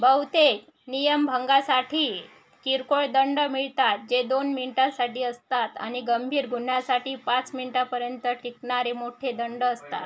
बहुतेक नियमभंगासाठी किरकोळ दंड मिळतात जे दोन मिनटासाठी असतात आणि गंभीर गुन्ह्यासाठी पाच मिनटापर्यंत टिकणारे मोठे दंड असतात